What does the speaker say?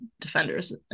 defenders